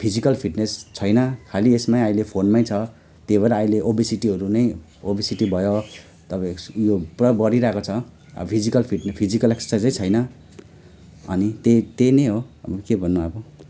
physical fitness छैन खालि यसमै अहिले फोनमै छ त्यही भएर अहिले ओबिसिटिहरू नै ओबिसिटी भयो तपाई उयो पुरा बढीरहेको छ अब फिजिकल फिजिकल एक्सर्साइज नै छैन अनि त्यही त्यही पनि हो अनि के भन्नु अब